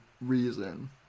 reason